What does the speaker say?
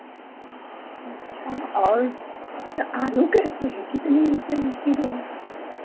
अच्छा और तो आलू कैसे हैं कितने रुपये में किलो है